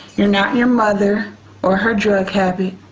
you're not your mother or her drug habit,